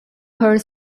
her